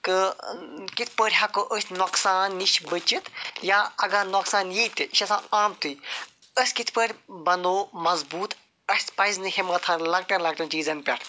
کہٕ کِتھ پٲٹھۍ ہٮ۪کو أسۍ نۄقصان نِش بٔچِتھ یا اگر نۄقصان یی تہِ یہِ چھ آسان آمتُے أسۍ کِتھ پٲٹھۍ بَنوو مَضبوٗط اَسہِ پَزِ نہٕ ہمت ہارٕنۍ لۄکٹٮ۪ن لۄکٹٮ۪ن چیٖزَن پٮ۪ٹھ